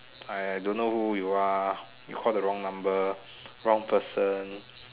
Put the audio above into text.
I don't know who you are you called the wrong number wrong person